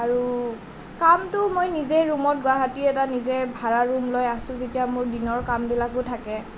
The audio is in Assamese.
আৰু কামটো মই নিজেই ৰুমত গুৱাহাতীৰ এটা নিজে ভাড়া ৰুম লৈ আছোঁ যেতিয়া মোৰ দিনৰ কামবিলাকো থাকে